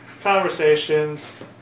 Conversations